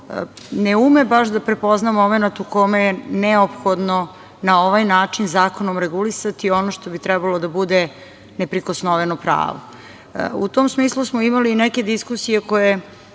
ne ume da prepozna momenat u kome je neophodno na ovaj način regulisati ono što je trebalo da bude neprikosnoveno pravo.U tom smislu, imali smo neke diskusije koje